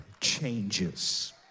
changes